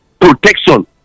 protection